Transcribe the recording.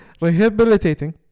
rehabilitating